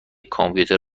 کامپیوتر